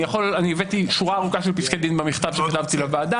אני הבאתי שורה ארוכה של פסקי דין במכתב שכתבתי לוועדה.